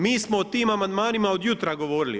Mi smo o tim amandmanima od jutra govorili.